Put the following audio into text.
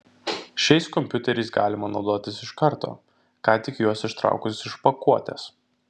šiais kompiuteriais galima naudotis iš karto ką tik juos ištraukus iš pakuotės